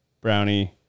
Brownie